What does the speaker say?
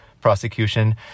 prosecution